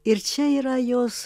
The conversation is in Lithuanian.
ir čia yra jos